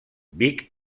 vic